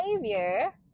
behavior